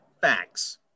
facts